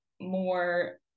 more